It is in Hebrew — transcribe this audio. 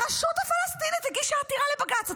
הרשות הפלסטינית הגישה עתירה לבג"ץ.